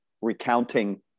recounting